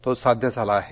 तो साध्य झाला आहे